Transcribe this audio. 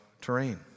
terrain